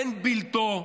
אין בלתו.